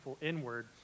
inward